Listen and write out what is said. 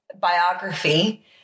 biography